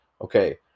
Okay